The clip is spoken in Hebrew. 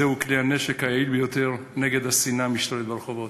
זהו כלי הנשק היעיל ביותר נגד השנאה המשתוללת ברחובות.